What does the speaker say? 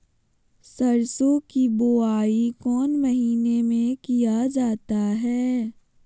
सरसो की बोआई कौन महीने में किया जाता है?